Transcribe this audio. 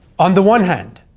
on the one hand,